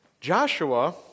Joshua